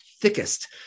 thickest